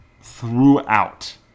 throughout